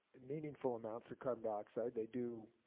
meaningful amounts of carbon dioxide. they do,